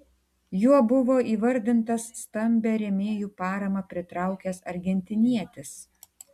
juo buvo įvardintas stambią rėmėjų paramą pritraukęs argentinietis